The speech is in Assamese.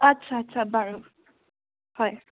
আচ্ছা আচ্ছা বাৰু হয়